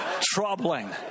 Troubling